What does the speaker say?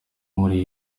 muri